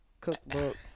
cookbook